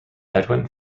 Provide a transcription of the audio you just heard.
edwin